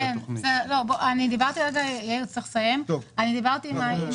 אני רץ מהר: תקצוב רשויות